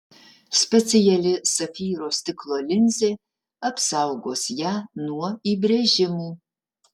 speciali safyro stiklo linzė apsaugos ją nuo įbrėžimų